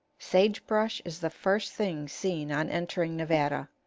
sage-brush is the first thing seen on entering nevada,